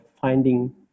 finding